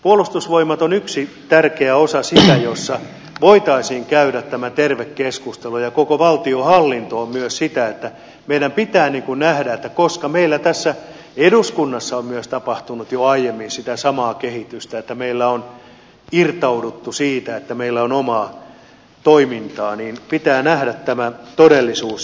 puolustusvoimat on yksi tärkeä osa sitä jossa voitaisiin käydä tämä terve keskustelu ja koko valtionhallinto on myös sitä että meidän pitää nähdä tämä todellisuus koska meillä tässä eduskunnassa on myös tapahtunut jo aiemmin sitä samaa kehitystä että meillä on irtauduttu siitä että meillä on omaa toimintaa niin pitää nähdä tämä todellisuus